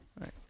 right